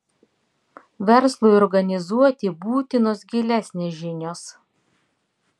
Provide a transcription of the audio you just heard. verslui organizuoti būtinos gilesnės žinios